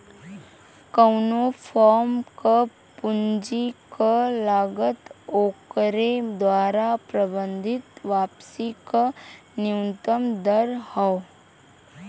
कउनो फर्म क पूंजी क लागत ओकरे द्वारा प्रबंधित वापसी क न्यूनतम दर हौ